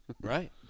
right